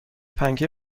پنکه